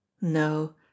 no